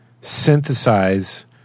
synthesize